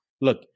Look